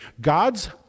God's